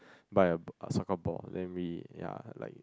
buy a a soccer ball then we yea like